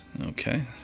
Okay